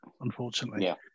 unfortunately